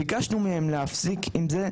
ביקשנו מהם להפסיק עם זה,